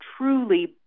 truly